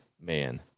man